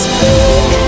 Speak